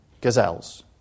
Gazelles